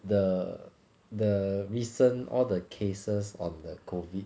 the the recent all the cases on the COVID